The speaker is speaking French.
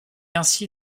ainsi